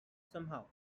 somehow